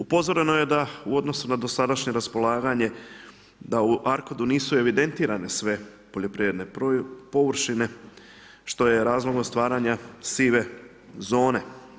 Upozoreno je da u odnosu na dosadašnje raspolaganje, da u ARKOD nisu evidentirane sve poljoprivredne površine, što e razlog ostvarenja sive zone.